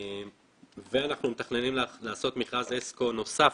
אנחנו מתכננים לעשות מכרז אסקו נוסף.